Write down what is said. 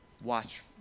Watch